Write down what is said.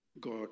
God